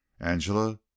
angela